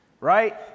Right